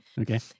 Okay